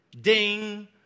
ding